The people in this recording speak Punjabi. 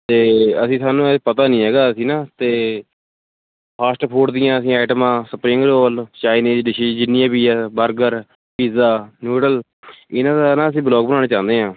ਅਤੇ ਅਸੀਂ ਸਾਨੂੰ ਹਜੇ ਪਤਾ ਨਹੀਂ ਹੈਗਾ ਅਸੀਂ ਨਾ ਅਤੇ ਫਾਸਟ ਫੂਡ ਦੀਆਂ ਅਸੀਂ ਐਟਮਾਂ ਸਪਰਿੰਗ ਰੌਲ ਚਾਈਨਿਸ ਡਿਸ਼ਜ ਜਿੰਨੀਆਂ ਵੀ ਹੈ ਬਰਗਰ ਪੀਜ਼ਾ ਨਿਊਡਲ ਇਨ੍ਹਾਂ ਦਾ ਨਾ ਅਸੀਂ ਬਲੌਗ ਬਣਾਉਣਾ ਚਾਹੁੰਦੇ ਹਾਂ